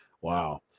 wow